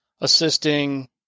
assisting